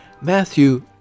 Matthew